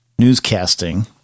newscasting